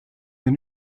den